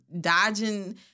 dodging